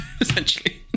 essentially